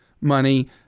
money